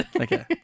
Okay